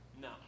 No